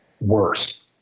worse